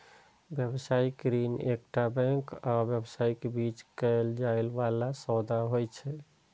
व्यावसायिक ऋण एकटा बैंक आ व्यवसायक बीच कैल जाइ बला सौदा होइ छै